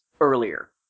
earlier